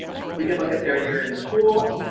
we can look at their year in school.